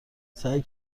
سعی